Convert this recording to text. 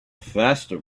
faster